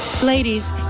Ladies